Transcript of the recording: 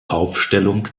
aufstellung